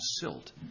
Silt